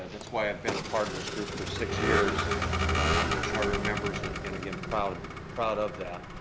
that's why i've been a part of this group for six years. i'm one of the charter members, and and again, proud of proud of that.